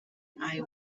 eye